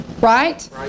right